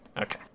Okay